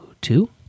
Two